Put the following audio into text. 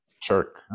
Chirk